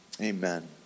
Amen